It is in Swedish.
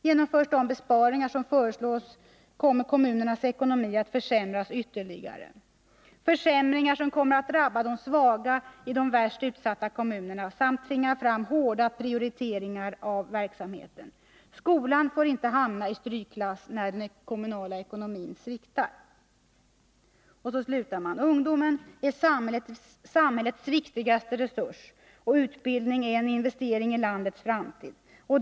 Genomförs de besparingar som föreslås kommer kommunernas ekonomi att försämras ytterligare. 29 Försämringar som kommer att drabba de svaga i de värst utsatta kommunerna, samt tvinga fram hårda prioriteringar av verksamheten. Skolan får inte hamna i strykklass när den kommunala ekonomin sviktar.” Brevet slutar på följande sätt: ”Ungdomen är samhällets viktigaste resurs och utbildning en investering i landets framtid.